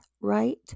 right